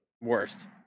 Worst